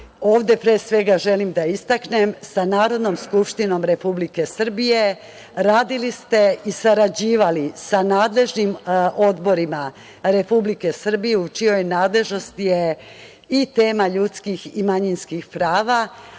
Ovde, pre svega, želim da istaknem sa Narodnom skupštinom Republike Srbije. Radili ste i sarađivali sa nadležnim odborima Republike Srbije u čijoj nadležnosti je i tema ljudskih i manjinskih prava,